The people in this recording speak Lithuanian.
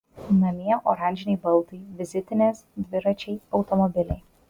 namie oranžiniai baldai vizitinės dviračiai automobiliai